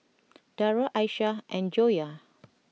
Dara Aishah and Joyah